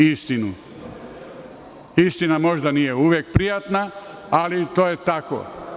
Istina možda nije uvek prijatna, ali to je tako.